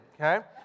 okay